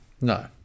No